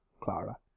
Clara